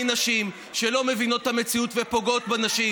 נשים שלא מבינות את המציאות ופוגעות בנשים.